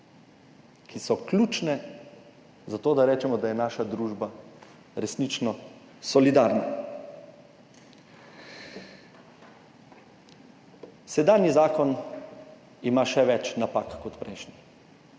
ki so ključne zato, da rečemo, da je naša družba resnično solidarna. Sedanji zakon ima še več napak kot prejšnji,